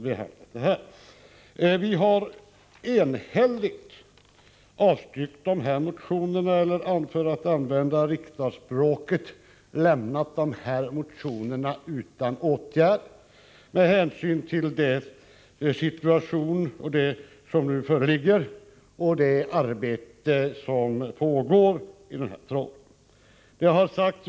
Vi har alltså enhälligt avstyrkt dessa motioner eller, för att använda riksdagsspråket, lämnat dessa motioner utan åtgärd med hänsyn till den situation som nu föreligger och det arbete som pågår när det gäller dessa frågor.